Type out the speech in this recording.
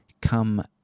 come